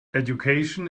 education